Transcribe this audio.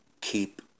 keep